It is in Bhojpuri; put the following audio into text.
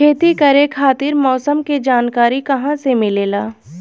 खेती करे खातिर मौसम के जानकारी कहाँसे मिलेला?